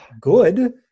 good